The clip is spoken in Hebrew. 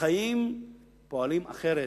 החיים פועלים אחרת,